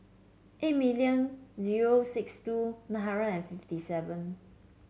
eight million zero six two nine hundred fifty seven